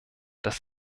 dass